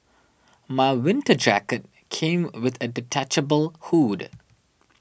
my winter jacket came with a detachable hood